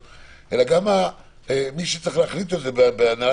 אלא גם מי שצריך להחליט את זה בהנהלת